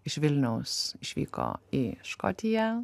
iš vilniaus išvyko į škotiją